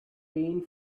paint